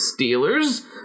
Steelers